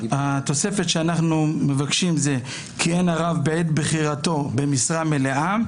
התוספת שאנחנו מבקשים "כיהן הרב בעת בחירתו במשרה מלאה,